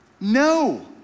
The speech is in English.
No